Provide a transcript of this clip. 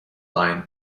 line